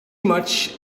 much